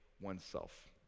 oneself